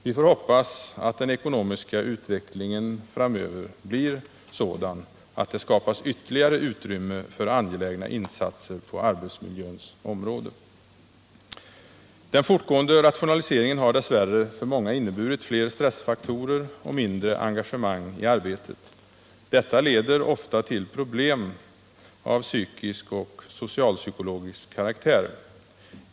Vi får hoppas att den ekonomiska utvecklingen framöver blir sådan att det skapas ytterligare utrymme för angelägna insatser på arbetsmiljöns område. Den fortgående reationaliseringen har för många dess värre inneburit fler stressfaktorer och mindre engagemang i arbetet. Detta leder ofta till problem av psykisk och socialpsykisk karaktär.